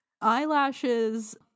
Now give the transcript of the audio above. Eyelashes